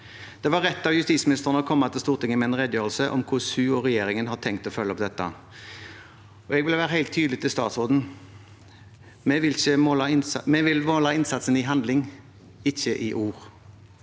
Det var rett av justisministeren å komme til Stortinget med en redegjørelse om hvordan hun og regjeringen har tenkt å følge opp dette. Jeg vil være helt tydelig til statsråden: Vi vil måle innsatsen i handling, ikke i ord.